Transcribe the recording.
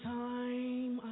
time